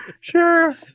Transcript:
Sure